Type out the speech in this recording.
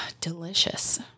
delicious